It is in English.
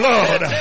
Lord